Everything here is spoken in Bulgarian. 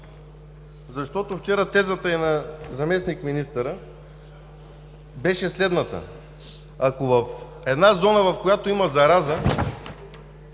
Вчера тезата и на заместник-министъра беше следната: ако в една зона, в която има зараза,